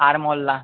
R मॉलला